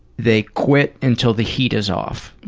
they quit until the heat is off.